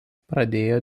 pradėjo